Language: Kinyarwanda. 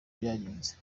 byagenze